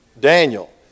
Daniel